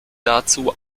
dazu